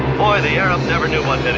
boy, the arab never knew what